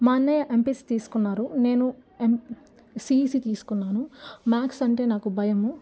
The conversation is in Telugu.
మా అన్నయ్య ఎంపీసీ తీసుకున్నారు నేను ఎం సిఈసీ తీసుకున్నాను మ్యాథ్స్ అంటే నాకు భయము